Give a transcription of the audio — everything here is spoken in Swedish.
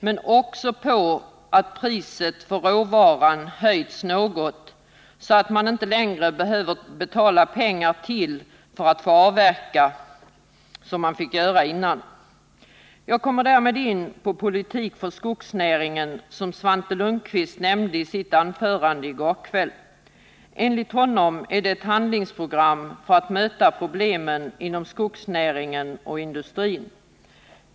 Men det beror också på att priset för råvaran höjts något, så att man inte längre behöver betala mer pengar för avverkningen än vad som motsvaras av försäljningssumman, vilket tidigare varit fallet. Jag kommer därmed in på det handlingsprogram, Politik för skogsnäringen, som Svante Lundkvist var inne på i sitt anförande i går kväll. Enligt Svante Lundkvist är detta ett handlingsprogram för att möta problemen inom skogsbruket och skogsindustrin.